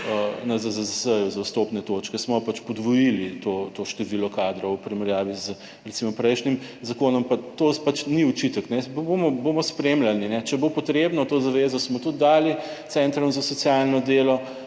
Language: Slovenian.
na ZZZS za vstopne točke. Smo pač podvojili to število kadrov v primerjavi z recimo prejšnjim zakonom, pa to pač ni očitek. Bomo spremljali. Če bo potrebno. To zavezo smo tudi dali centrom za socialno delo